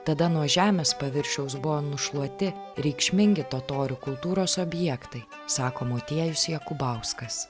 tada nuo žemės paviršiaus buvo nušluoti reikšmingi totorių kultūros objektai sako motiejus jakubauskas